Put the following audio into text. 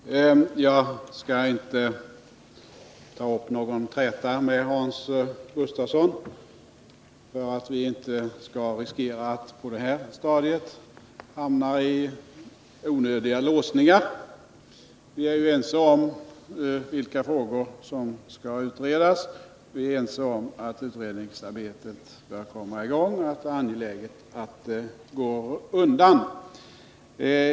Herr talman! Jag skall inte ta upp någon träta med Hans Gustafsson, eftersom jag inte vill riskera att vi på det här stadiet hamnar i onödiga låsningar. Vi är ju ense om vilka frågor som skall utredas, om att utredningsarbetet bör komma i gång och om att det är angeläget att det går undan.